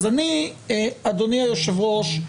אדוני היושב-ראש,